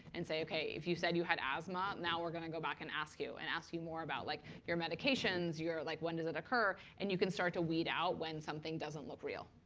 and say, ok, if you said you had asthma, now, we're going to go back and ask you, and ask you more about like your medications, like when does it occur. and you can start to weed out when something doesn't look real.